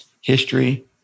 history